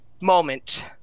moment